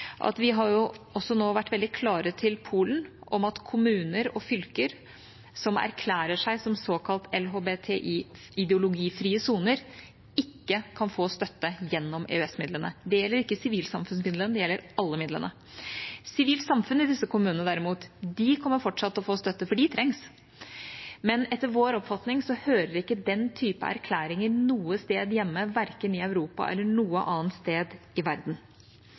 at vi har også nå vært veldig klare på overfor Polen at kommuner og fylker som erklærer seg som såkalt LHBTI-ideologifrie soner, ikke kan få støtte gjennom EØS-midlene. Det gjelder ikke sivilsamfunnsmidlene; det gjelder alle midlene. Sivilt samfunn i disse kommunene kommer derimot fortsatt til å få støtte, for det trengs. Men etter vår oppfatning hører ikke den type erklæringer hjemme noe sted, verken i Europa eller noe annet sted i verden.